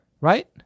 Right